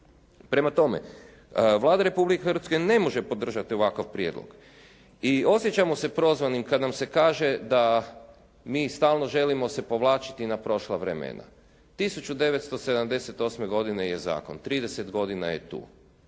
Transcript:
Prema tome, Vlada Republike Hrvatske ne može podržati ovakav prijedlog i osjećamo se prozvanim kad nam se kaže da mi stalno želimo se povlačiti na prošla vremena. 1978. godine je zakon. 30 godina je tu.